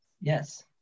Yes